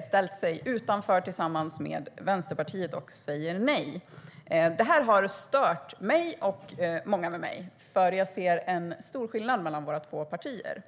ställt oss utanför, tillsammans med Vänsterpartiet, och säger nej. Detta har stört mig och många med mig. Jag ser nämligen en stor skillnad mellan våra två partier.